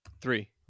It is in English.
Three